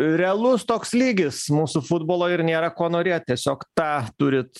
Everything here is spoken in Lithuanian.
realus toks lygis mūsų futbolo ir nėra ko norėt tiesiog tą turit